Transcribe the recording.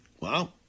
Wow